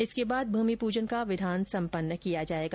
इसके बाद भूमि पूजन का विधान सम्पन्न किया जाएगा